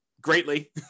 greatly